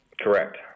Correct